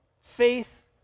faith